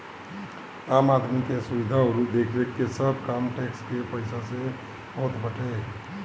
आम आदमी के सुविधा अउरी देखरेख के सब काम टेक्स के पईसा से होत बाटे